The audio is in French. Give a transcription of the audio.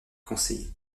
conseillé